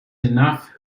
enough